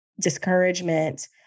discouragement